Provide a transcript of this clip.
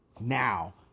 now